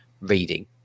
reading